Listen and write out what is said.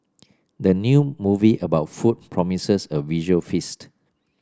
the new movie about food promises a visual feast